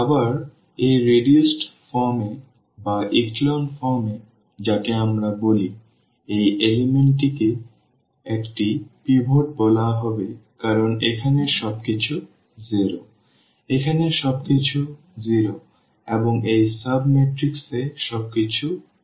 আবার এই রিডিউস ফর্মে বা এই echelon form যাকে আমরা বলি এই উপাদানটিকে একটি পিভট বলা হবে কারণ এখানে সবকিছু 0 এখানে সবকিছু 0 এবং এই সাব ম্যাট্রিক্স এ সবকিছু এখানে 0